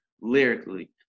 lyrically